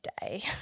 day